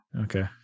Okay